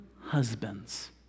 husbands